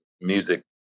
music